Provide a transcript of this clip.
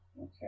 Okay